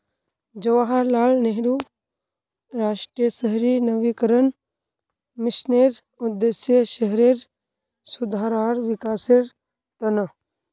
जवाहरलाल नेहरू राष्ट्रीय शहरी नवीकरण मिशनेर उद्देश्य शहरेर सुधार आर विकासेर त न